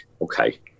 okay